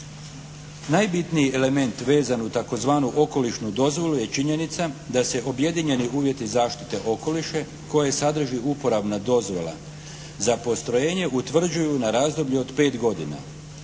Najbitniji element vezan uz tzv. okolišnu dozvolu je činjenica da se objedinjeni uvjeti zaštite okoliša koje sadrži uporabna dozvola za postrojenje utvrđuju na razdoblje od 5 godina.